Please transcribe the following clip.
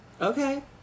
Okay